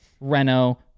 Renault